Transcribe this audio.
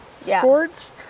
sports